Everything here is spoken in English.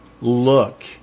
look